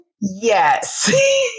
Yes